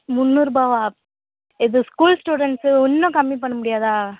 முந்நூறுரூபாவா இது school students இன்னும் கம்மி பண்ண முடியாதா